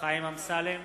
חיים אמסלם,